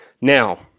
Now